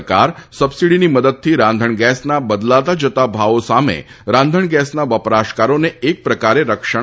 સરકાર સબસીડીની મદદથી રાંધણ ગેસના બદલતા જતા ભાવો સામે રાંધણ ગેસના વપરાશકારોને એક પ્રકારે રક્ષણ આપે છે